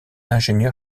ingénieur